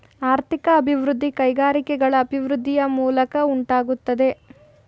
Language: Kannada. ಆರ್ಥಿಕ ಅಭಿವೃದ್ಧಿ ಕೈಗಾರಿಕೆಗಳ ಅಭಿವೃದ್ಧಿಯ ಮೂಲಕ ಉಂಟಾಗುತ್ತದೆ